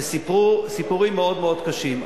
וסיפרו סיפורים מאוד מאוד קשים.